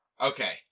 Okay